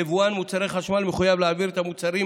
יבואן מוצרי חשמל מחויב להעביר את המוצרים